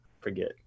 Forget